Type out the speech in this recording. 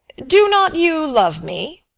do not you love me?